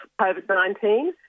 COVID-19